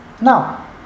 Now